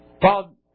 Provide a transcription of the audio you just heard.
Paul